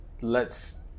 lets